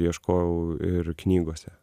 ieškojau ir knygose